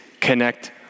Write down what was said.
connect